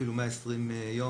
אפילו תוך 120 יום,